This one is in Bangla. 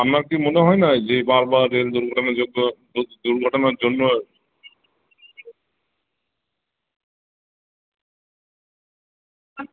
আপনার কি মনে হয় না যে বারবার রেল দুর্ঘটনার জন্য দুর্ঘটনার জন্য